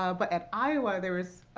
ah but at iowa there was